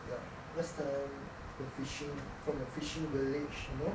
ya last time the fishing from a fishing village you know